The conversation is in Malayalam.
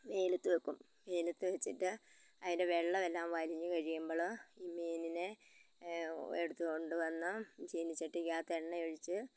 വെയിലത്ത് വയ്ക്കും വെയിലത്ത് വച്ചിട്ട് അതിൻ്റെ വെള്ളമെല്ലാം വലിഞ്ഞ് കഴിയുമ്പോള് ഈ മീനിനെ എടുത്തുകൊണ്ടുവന്ന് ചീനച്ചട്ടിക്കകത്ത് എണ്ണയൊഴിച്ച്